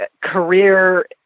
career